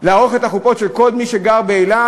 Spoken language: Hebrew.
לערוך את החופות של כל מי שגר באילת?